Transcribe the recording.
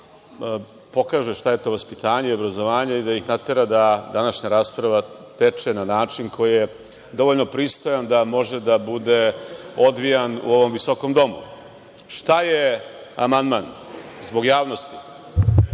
pokaže šta je to vaspitanje, obrazovanje i da ih natera da današnja rasprava teče na način koji je dovoljno pristojan da može da bude odvijan u ovom visokom domu. Šta je amandman? Zbog javnosti,